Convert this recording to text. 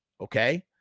okay